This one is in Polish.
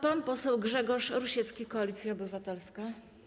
Pan poseł Grzegorz Rusiecki, Koalicja Obywatelska.